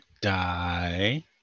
die